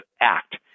Act